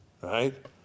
right